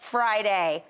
Friday